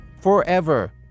forever